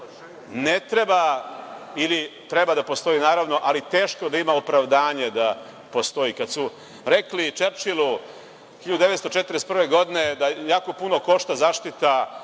ne treba, tj. treba da postoji naravno, ali teško da ima opravdanje da postoji. Kad su rekli Čerčilu 1941. godine da jako puno košta zaštita